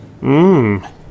Mmm